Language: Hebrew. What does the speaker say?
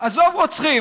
עזוב רוצחים,